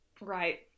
Right